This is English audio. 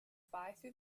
through